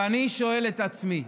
ואני שואל את עצמי: